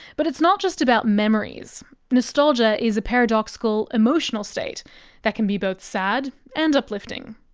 but it's not just about memories. nostalgia is a paradoxical emotional state that can be both sad and uplifting.